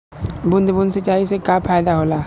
बूंद बूंद सिंचाई से का फायदा होला?